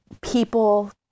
people